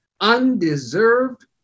undeserved